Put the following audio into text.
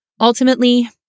Ultimately